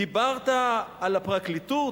"דיברת על הפרקליטות.